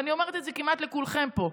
ואני אומרת את זה כמעט לכולכם פה,